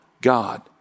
God